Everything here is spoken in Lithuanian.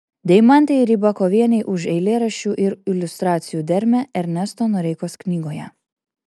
deimantei rybakovienei už eilėraščių ir iliustracijų dermę ernesto noreikos knygoje